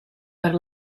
per